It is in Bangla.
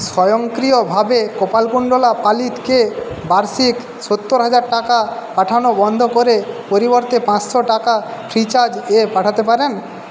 স্বয়ংক্রিয়ভাবে কপালকুণ্ডলা পালিতকে বার্ষিক সত্তর হাজার টাকা পাঠানো বন্ধ করে পরিবর্তে পাঁচশো টাকা ফ্রিচার্জ এ পাঠাতে পারেন